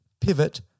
pivot